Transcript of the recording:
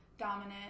dominant